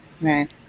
right